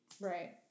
Right